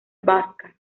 vasca